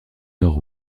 nord